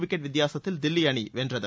wicket வித்தியாசத்தில் தில்லி அணி வென்றது